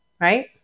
Right